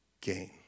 gain